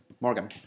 Morgan